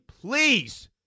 please